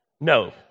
No